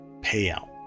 payout